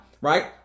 right